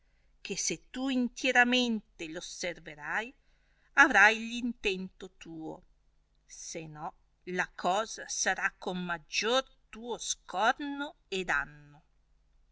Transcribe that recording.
che se tu intieramente lo osservarli avrai l intento tuo se no la cosa sarà con maggior tuo scorno e danno